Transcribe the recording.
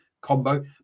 combo